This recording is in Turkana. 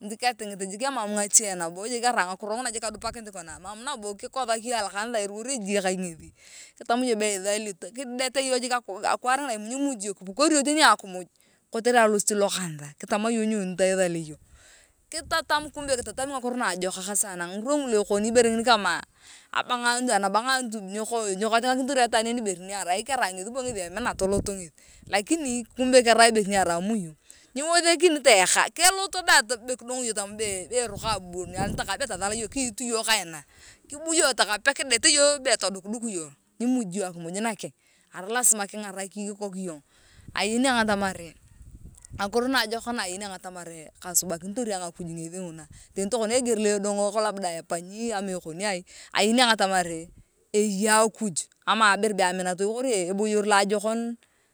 niti katitigit arai ngakiro nguna jik kadupakinit kona mana nabo kikothak iyong alokanitha eruwar ejie ka ngethi kithal iyong alokanitha akwaar ngina nyimuji iyong kipukori iyong teni akimuj kotere alosit lokanisa kitama iyong nyoni ta ethulia iyong kitatam ngakiro naajakak sana na ngirwa ngulu ekeni ibere ngini kama abangunit nyekoe nyo kitang’akinitor ayong itwaan ibere ni arai kerai bo ngethi ngeki emina tolot ngeth lakini kumbe kerai ibere nerai muhimu nyiwethekani toyoka kelot daang be kidong iyong be tama be eroko anitakae be tathal yong kibu yong takal pe kedet iyong be todukudu iyong nyimuji iyong akimuj nakeng arai lazima kingarat kikok iyong ayeni atamari kasubakinitor ayong akuj ngesi nguna teni tokona eger lo edong epanyi ama ikoniai ayeni ayong atamar eyei akuj ama ibere be amiuotoi kori eboyor loajokon.